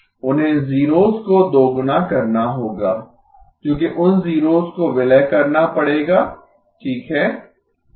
उन्हें जीरोस को दोगुना करना होगा क्योंकि उन जीरोस को विलय करना पड़ेगा ठीक है